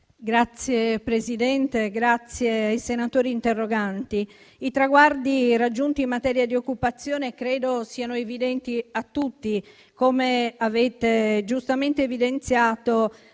Signor Presidente, ringrazio i senatori interroganti. I traguardi raggiunti in materia di occupazione credo siano evidenti a tutti: come avete giustamente evidenziato,